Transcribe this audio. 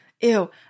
Ew